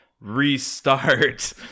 restart